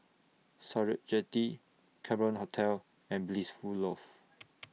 Sakra Jetty Cameron Hotel and Blissful Loft